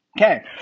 Okay